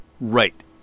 Right